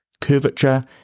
Curvature